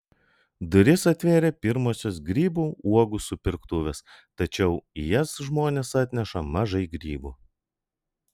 duris atvėrė pirmosios grybų uogų supirktuvės tačiau į jas žmonės atneša mažai grybų